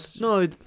No